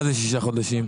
מה זה שישה חודשים?